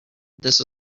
this